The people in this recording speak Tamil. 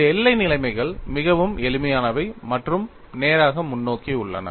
இந்த எல்லை நிலைமைகள் மிகவும் எளிமையானவை மற்றும் நேராக முன்னோக்கி உள்ளன